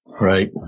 Right